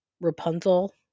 Rapunzel